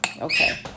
Okay